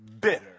bitter